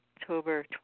october